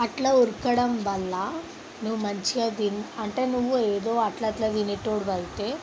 అట్ల ఉడకడం వల్ల నువ్వు మంచిగా తిని అంటే నువ్వు ఏదో అట్లా అట్లా తినేటోడివి అయితే